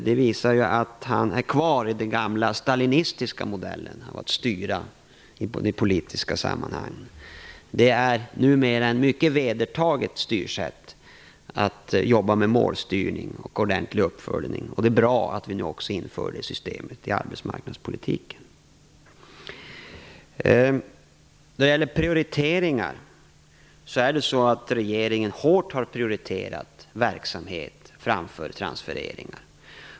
Det visar ju att han är kvar i den gamla stalinistiska modellen, som går ut på att man skall styra de politiska sammanhangen. Att jobba med målstyrning och en ordentlig uppföljning är numera ett mycket vedertaget styrsätt. Det är bra att vi nu också inför det systemet i arbetsmarknadspolitiken. Regeringen har hårt prioriterat verksamhet framför transfereringar.